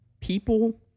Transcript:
People